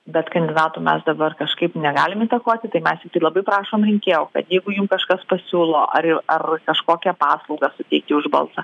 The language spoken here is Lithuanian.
bet kandidatų mes dabar kažkaip negalim įtakoti tai mes tiktai labai prašom rinkėjų kad jeigu jum kažkas pasiūlo ar į ar kažkokią paslaugą suteikti už balsą